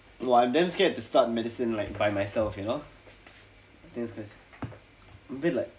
!wah! I damn scared to start medicine like by myself you know think it's quite I'm a bit like